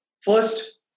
First